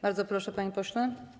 Bardzo proszę, panie pośle.